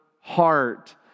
heart